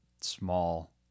small